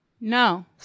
No